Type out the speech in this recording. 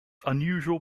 unusual